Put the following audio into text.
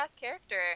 character